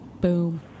Boom